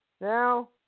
Now